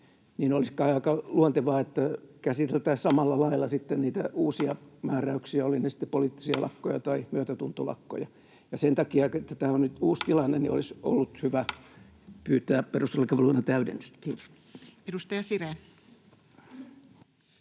lailla sitten niitä uusia määräyksiä, olivat ne sitten poliittisia lakkoja tai myötätuntolakkoja. Sen takia, että tämä on nyt uusi tilanne, olisi ollut hyvä pyytää perustuslakivaliokunnalta täydennystä. — Kiitos.